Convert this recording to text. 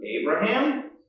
Abraham